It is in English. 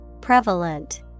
Prevalent